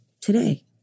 today